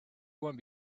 one